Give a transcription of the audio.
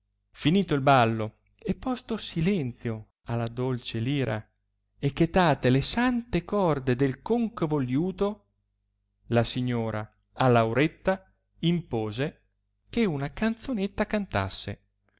finito il ballo e posto silenzio alla dolce lira e chetate le sante corde del concavo liuto la signora a lauretta impose che una canzonetta cantasse